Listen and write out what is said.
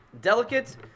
delicate